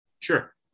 Sure